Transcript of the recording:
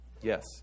yes